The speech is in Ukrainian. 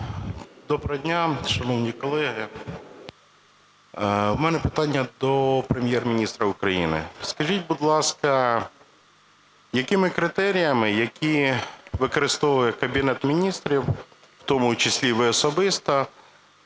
Доброго дня, шановні колеги! В мене питання до Прем'єр-міністра України. Скажіть, будь ласка, якими критеріями, які використовує Кабінет Міністрів, в тому числі ви особисто,